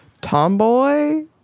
Tomboy